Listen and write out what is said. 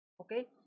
okay